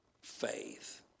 faith